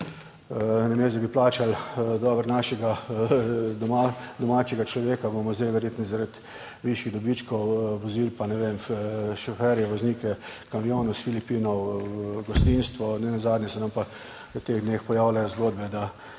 da bi plačali dobro našega domačega človeka, bomo zdaj verjetno zaradi višjih dobičkov vozili, pa ne vem, šoferje, voznike kamionov iz Filipinov, gostinstvo. Nenazadnje se nam pa v teh dneh pojavljajo zgodbe, da